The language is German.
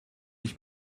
ich